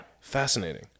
fascinating